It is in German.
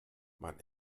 mein